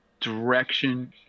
direction